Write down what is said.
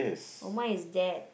oh my is dad